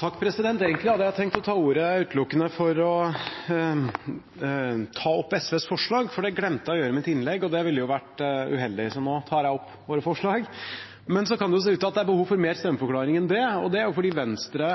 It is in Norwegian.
Egentlig hadde jeg tenkt å ta ordet utelukkende for å ta opp SVs forslag, for det glemte jeg å gjøre i mitt innlegg. Det ville jo vært uheldig, så nå tar jeg opp våre forslag. Så kan det se ut til at det er behov for mer stemmeforklaring. Det er fordi Venstre,